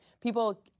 People